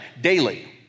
daily